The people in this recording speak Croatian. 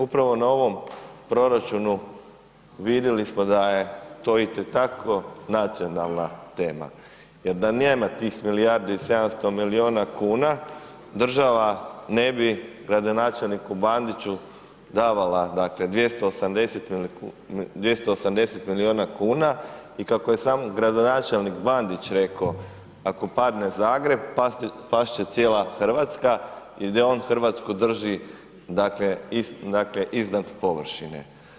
Upravo na ovom proračunu vidjeli smo da je to itekako nacionalna tema jer da nema tih milijardu i 700 milijuna kuna, država ne bi gradonačelniku Bandiću davala 280 milijuna kuna i kako je sam gradonačelnik Bandić rekao, ako padne Zagreb, past će cijela Hrvatska jer je on Hrvatsku drži iznad površine.